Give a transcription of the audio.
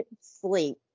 Sleep